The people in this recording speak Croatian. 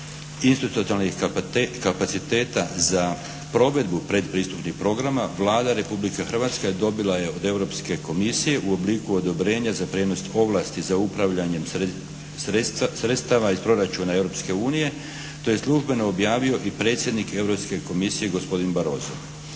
institucionalnih kapaciteta za provedbu predpristupnih programa Vlada Republike Hrvatske dobila je od Europske komisije u obliku odobrenja za prijenos ovlasti za upravljanjem sredstava iz proračuna Europske unije. To je službeno objavio i predsjednik Europske komisije Barosso.